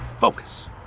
Focus